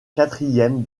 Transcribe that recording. quatrième